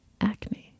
acne